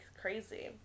crazy